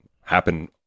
happen